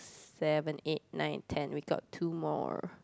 seven eight nine ten we got two more